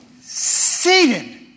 seated